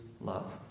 love